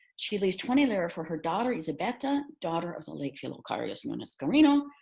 she leaves twenty lire for her daughter, ysabeta, daughter of the late figiliocarius known as carino,